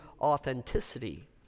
authenticity